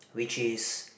which is